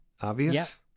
obvious